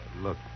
Look